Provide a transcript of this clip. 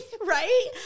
Right